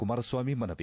ಕುಮಾರಸ್ವಾಮಿ ಮನವಿ